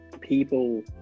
people